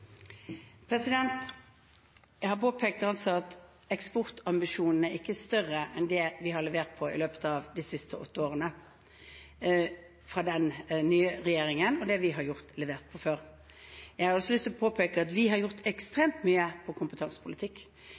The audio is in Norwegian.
Jeg har påpekt at eksportambisjonene ikke er større enn det vi har levert på i løpet av de siste åtte årene – den nye regjeringens ambisjoner i forhold til hva vi har levert. Jeg har også lyst til å påpeke at vi har gjort ekstremt mye når det gjelder kompetansepolitikk.